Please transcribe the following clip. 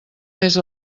més